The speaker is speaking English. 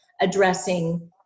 addressing